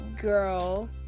girl